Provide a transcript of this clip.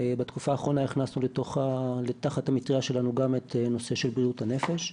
בתקופה האחרונה הכנסנו תחת המטרייה שלנו גם את הנושא של בריאות הנפש.